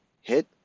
hit